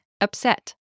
upset